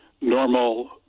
normal